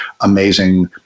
amazing